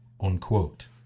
unquote